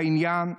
לעניין,